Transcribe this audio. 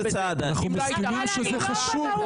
סעדה --- אנחנו מסכימים שזה חשוב,